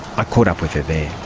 i caught up with her